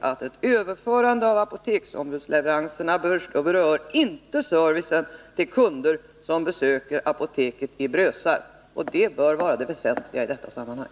att ett överförande av apoteksombudsleveranserna inte berör servicen till kunder som besöker apoteket i Brösarp, och det bör vara det väsentliga i detta sammanhang.